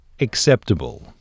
acceptable